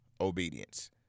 obedience